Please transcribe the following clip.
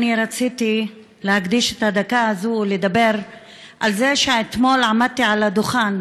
אני רציתי להקדיש את הדקה הזאת לדבר על זה שאתמול עמדתי על הדוכן,